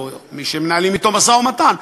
או מי שמנהלים אתו משא-ומתן,